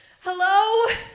Hello